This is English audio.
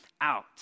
out